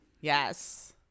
Yes